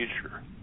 future